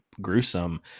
gruesome